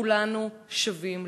כולנו שווים.